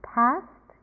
past